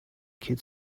kid